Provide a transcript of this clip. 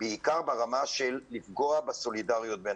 בעיקר ברמה של לפגוע בסולידריות בין